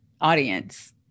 audience